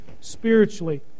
spiritually